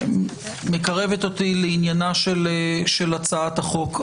מקרבת אותי לעניינה של הצעת החוק.